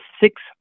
six